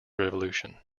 revolution